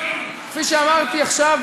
כפי שאמרתי עכשיו,